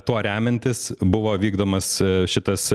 tuo remiantis buvo vykdomas šitas